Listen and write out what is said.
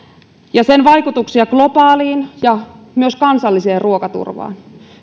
ja sen vaikutuksia globaaliin ja myös kansalliseen ruokaturvaan